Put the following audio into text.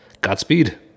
Godspeed